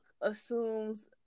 assumes